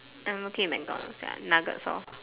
I'm okay with MacDonald's ya nuggets loh